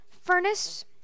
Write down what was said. furnace